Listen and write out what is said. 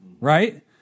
right